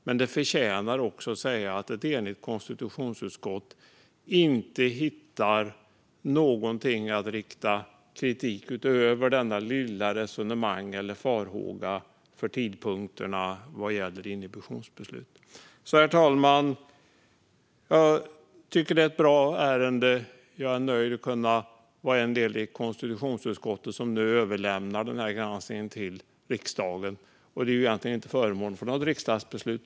Men det förtjänar också att sägas att ett enigt konstitutionsutskott inte hittar någonting att rikta kritik mot, utöver det lilla resonemanget eller farhågan om tidpunkterna för inhibitionsbeslut. Herr talman! Jag tycker att det är ett bra ärende. Jag är nöjd över att vara en del i konstitutionsutskottet, som nu överlämnar granskningen till riksdagen. Den är inte föremål för något riksdagsbeslut.